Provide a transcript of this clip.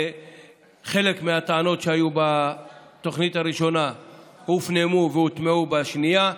חלק מהטענות שהיו בתוכנית הראשונה הופנמו והוטמעו בשנייה,